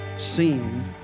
Seen